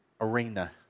arena